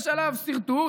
יש עליו סרטוט.